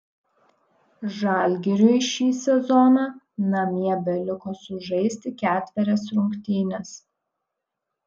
žalgiriui šį sezoną namie beliko sužaisti ketverias rungtynes